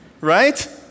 right